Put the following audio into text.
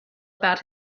about